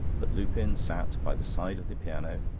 but lupin sat by the side of the piano,